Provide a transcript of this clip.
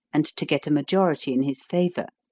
and to get a majority in his favor.